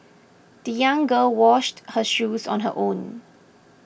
the young girl washed her shoes on her own